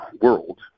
world